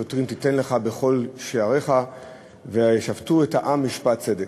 שופטים ושוטרים תיתן לך בכל שעריך ושפטו את העם משפט צדק.